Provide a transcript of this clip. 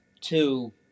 Two